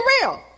real